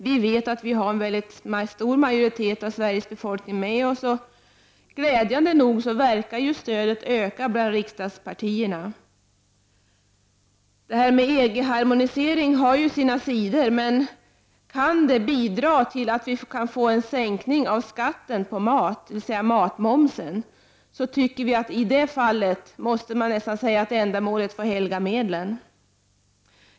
Vi vet att vi har en majoritet av Sveriges befolkning bakom oss. Glädjande nog förefaller det som att stödet även bland riksdagspartierna ökar. EG-harmoniseringen har sina sidor, men om den kan bidra till att det blir en sänkning av skatten på mat, matmomsen, måste man i det fallet säga att ändamålet helgar medlen.